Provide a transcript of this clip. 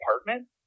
apartment